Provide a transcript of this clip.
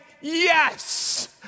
yes